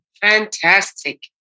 Fantastic